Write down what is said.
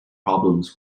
problems